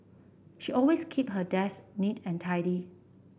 she always keep her desk neat and tidy